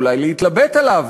אולי להתלבט עליו.